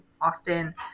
Austin